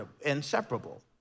inseparable